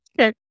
Okay